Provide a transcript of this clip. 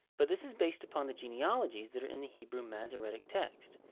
but this is based upon the genealogies that are in the hebrew masoretic text.